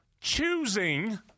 choosing